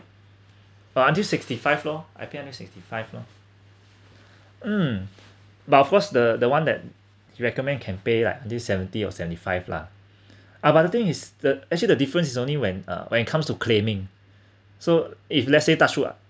but until sixty five lor I pay until sixty five lor um but of course the the one that you recommend can pay like this seventy or seventy five lah ah but the thing is the actually the difference is only when uh when it comes to claiming so if let's say touch wood ah